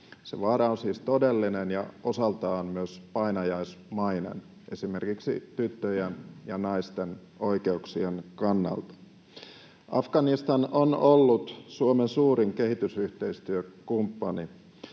Se vaara on siis todellinen ja osaltaan myös painajaismainen esimerkiksi tyttöjen ja naisten oikeuksien kannalta. Afganistan on ollut Suomen suurin kehitysyhteistyökumppani.